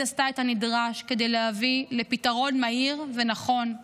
עשתה את הנדרש כדי להביא לפתרון מהיר ונכון.